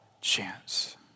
chance